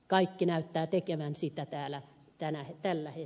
kaikki näyttävät tekevän sitä täällä tällä hetkellä